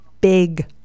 big